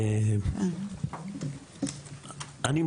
אני,